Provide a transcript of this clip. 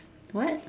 what